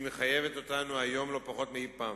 שמחייבת אותנו היום לא פחות מאי-פעם.